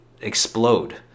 explode